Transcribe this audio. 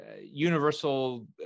universal